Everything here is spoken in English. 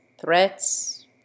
threats